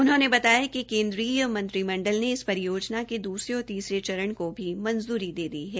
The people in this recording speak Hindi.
उन्होंने बताया कि केन्द्रीरय मंत्रिमंडल ने इस परियोजना के दूसरे और तीसरे चरण को भी मंजूरी दे दी है